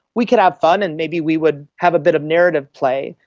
we could have fun and maybe we would have a bit of narrative play,